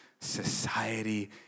society